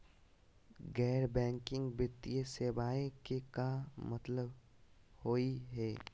गैर बैंकिंग वित्तीय सेवाएं के का मतलब होई हे?